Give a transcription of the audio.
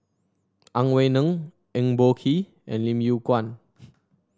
Ang Wei Neng Eng Boh Kee and Lim Yew Kuan